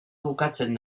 bukatzen